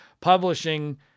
publishing